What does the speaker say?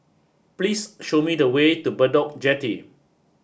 please show me the way to Bedok Jetty